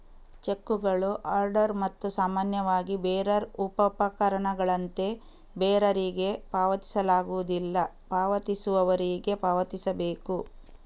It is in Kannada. ಚೆಕ್ಕುಗಳು ಆರ್ಡರ್ ಮತ್ತು ಸಾಮಾನ್ಯವಾಗಿ ಬೇರರ್ ಉಪಪಕರಣಗಳಂತೆ ಬೇರರಿಗೆ ಪಾವತಿಸಲಾಗುವುದಿಲ್ಲ, ಪಾವತಿಸುವವರಿಗೆ ಪಾವತಿಸಬೇಕು